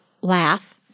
laugh